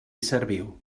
serviu